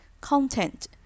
Content